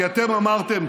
כי אתם אמרתם: